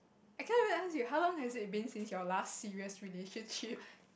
I cannot even ask you how long has it been since your last serious relationship